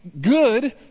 good